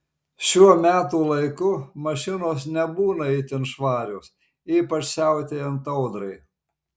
šiuo metų laiku mašinos nebūna itin švarios ypač siautėjant audrai